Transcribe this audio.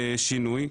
שינוי.